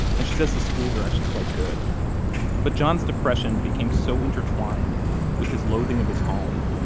and she says the schools are actually quite good but john's depression became so intertwined with his loathing of his home,